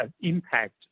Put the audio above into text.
impact